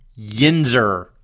yinzer